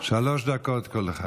שלוש דקות כל אחד.